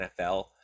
nfl